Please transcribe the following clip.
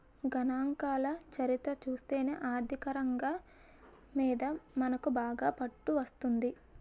గణాంకాల చరిత్ర చూస్తేనే ఆర్థికరంగం మీద మనకు బాగా పట్టు వస్తుంది